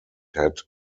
had